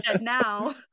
now